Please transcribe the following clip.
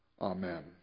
Amen